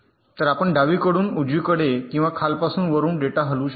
तर आपण डावीकडून उजवीकडे किंवा खालपासून वरुन डेटा हलवू शकतो